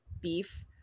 beef